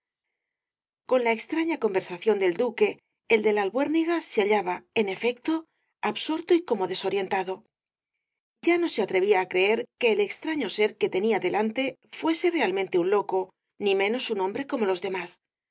con la extraña conversación del duque el de la albuérniga se hallaba en efecto absorto y como desorientado ya no se atrevía á creer que el extraño ser que tenía delante fuese realmente un loco ni menos un hombre como los demás